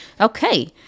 okay